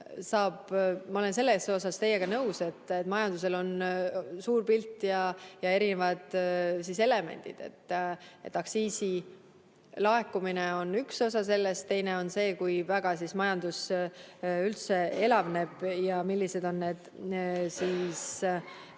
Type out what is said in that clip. ma olen selles osas teiega nõus, et majandusel on suur pilt ja erinevad elemendid. Aktsiisilaekumine on üks osa sellest. Teine on see, kui väga majandus üldse elavneb ja millised on need